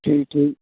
ठीक ठीक